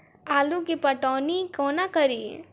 आलु केँ पटौनी कोना कड़ी?